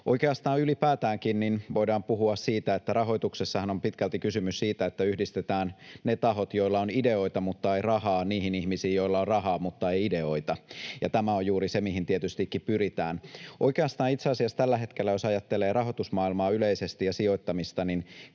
Oikeastaan ylipäätäänkin voidaan puhua siitä, että rahoituksessahan on pitkälti kysymys siitä, että yhdistetään ne tahot, joilla on ideoita mutta ei rahaa, niihin ihmisiin, joilla on rahaa mutta ei ideoita. Tämä on juuri se, mihin tietystikin pyritään. Oikeastaanhan itse asiassa, jos tällä hetkellä ajattelee rahoitusmaailmaa yleisesti ja sijoittamista,